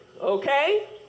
okay